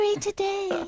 today